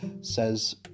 says